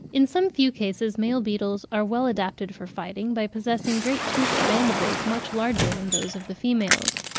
in some few cases male beetles are well adapted for fighting, by possessing great toothed mandibles, much larger than those of the females.